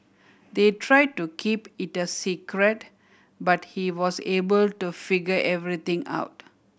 they try to keep it a secret but he was able to figure everything out